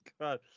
God